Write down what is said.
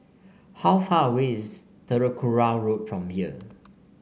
how far away is Telok Kurau Road from here